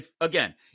Again